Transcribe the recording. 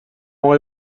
آقای